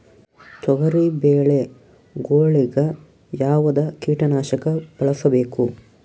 ತೊಗರಿಬೇಳೆ ಗೊಳಿಗ ಯಾವದ ಕೀಟನಾಶಕ ಬಳಸಬೇಕು?